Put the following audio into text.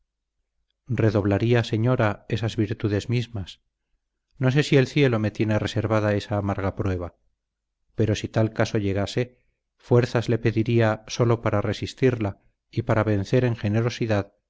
redoblaría señora esas virtudes mismas no sé si el cielo me tiene reservada esa amarga prueba pero si tal caso llegase fuerzas le pediría sólo para resistirla y para vencer en generosidad